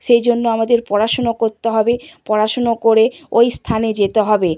সেই জন্য আমাদের পড়াশুনো করতে হবে পড়াশুনো করে ওই স্থানে যেতে হবে